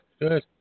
good